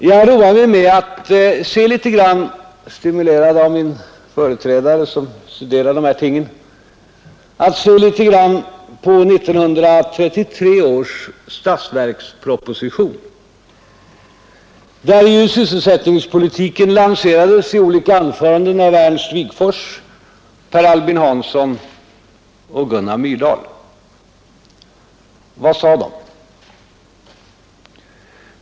Jag har roat mig med att se litet grand — stimulerad av min företrädare som studerat dessa ting — på 1933 års statsverksproposition, där ju sysselsättningspolitiken lanserades i olika anföranden av Ernst Wigforss, Per Albin Hansson och Gunnar Myrdal. Vad sade de?